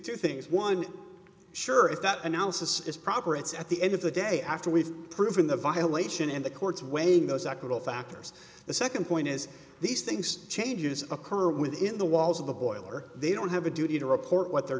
two things one sure if that analysis is proper it's at the end of the day after we've proven the violation and the court's weighing those acquittal factors the second point is these things changes occur within the walls of the boiler they don't have a duty to report what they're